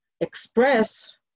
express